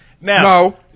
No